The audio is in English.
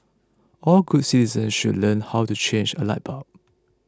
all good citizens should learn how to change a light bulb